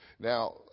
Now